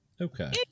Okay